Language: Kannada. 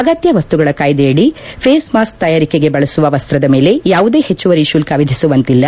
ಅಗತ್ತ ವಸ್ಸುಗಳ ಕಾಯ್ಲೆಯಡಿ ಫ್ಲೀಸ್ ಮಾಸ್ತ್ ತಯಾರಿಕೆಗೆ ಬಳಸುವ ವಸ್ತದ ಮೇಲೆ ಯಾವುದೇ ಹೆಚ್ಚುವರಿ ಶುಲ್ತ ವಿಧಿಸುವಂತಿಲ್ಲ